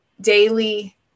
daily